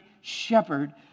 shepherd